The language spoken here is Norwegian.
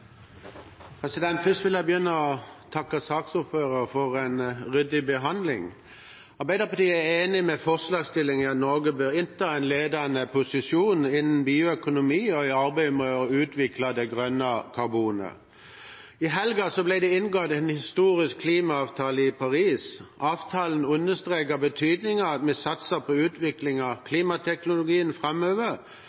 vil begynne med å takke saksordføreren for en ryddig behandling. Arbeiderpartiet er enig med forslagsstillerne i at Norge bør innta en ledende posisjon innen bioøkonomi og i arbeidet med å utvikle det grønne karbonet. I helgen ble det inngått en historisk klimaavtale i Paris. Avtalen understreker betydningen av at vi satser på utvikling av klimateknologien framover,